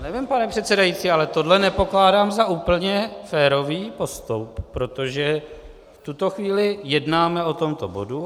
Já nevím, pane předsedající, ale tohle nepokládám za úplně férový postup, protože v tuto chvíli jednáme o tomto bodu.